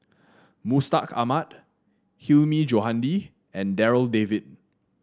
Mustaq Ahmad Hilmi Johandi and Darryl David